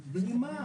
למה?